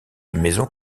maison